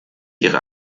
ihre